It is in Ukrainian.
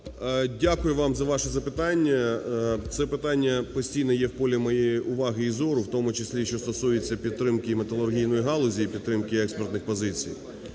Дякую вам за ваше запитання. Це питання постійно є в полі моєї уваги і зору, в тому числі, що стосується підтримки і металургійної галузі, і підтримки експортних позицій.